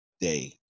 day